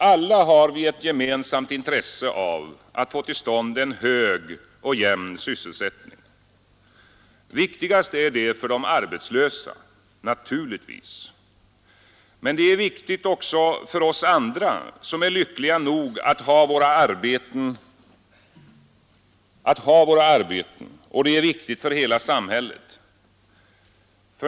Alla har vi ett gemensamt intresse av att få till stånd en hög och jämn sysselsättning. Viktigast är det för de arbetslösa — naturligtvis. Men det är viktigt också för oss andra som är lyckliga nog att ha våra arbeten, och det är viktigt för hela samhället.